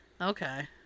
Okay